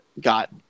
got